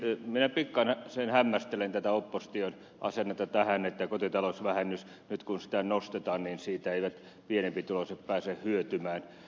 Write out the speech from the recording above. minä pikkasen hämmästelen opposition asennetta tähän että kotitalousvähennyksestä nyt kun sitä nostetaan eivät pienempituloiset pääse hyötymään